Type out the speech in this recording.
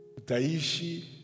Taishi